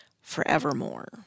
forevermore